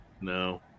No